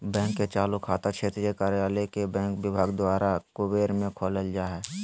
bank के चालू खाता क्षेत्रीय कार्यालय के बैंक विभाग द्वारा ई कुबेर में खोलल जा हइ